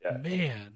man